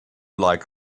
like